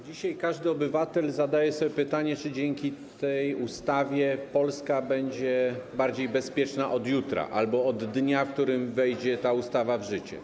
Dzisiaj każdy obywatel zadaje sobie pytanie, czy dzięki tej ustawie Polska będzie bardziej bezpieczna od jutra albo od dnia, w którym ta ustawa wejdzie w życie.